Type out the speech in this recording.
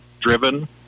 driven